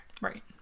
Right